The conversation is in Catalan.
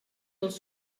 dels